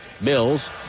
Mills